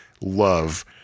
love